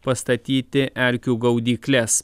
pastatyti erkių gaudykles